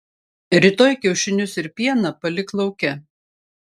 rytoj kiaušinius ir pieną palik lauke